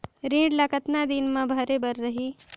ऋण ला कतना दिन मा भरे बर रही?